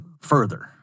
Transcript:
further